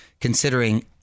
considering